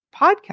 podcast